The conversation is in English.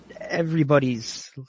everybody's